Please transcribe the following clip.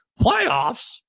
Playoffs